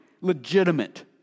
legitimate